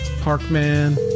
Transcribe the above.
Parkman